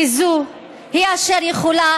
כי היא זו אשר יכולה,